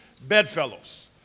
bedfellows